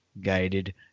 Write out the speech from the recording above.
guided